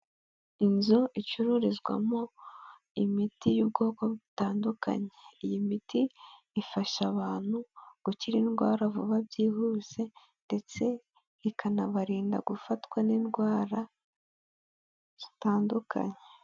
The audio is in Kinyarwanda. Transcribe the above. Inzu icururizwamo imiti y'ubwoko butandukanye, iyi miti ifasha abantu gukira indwara vuba byihuse ndetse ikanabarinda gufatwa n'indwara zitandukanye.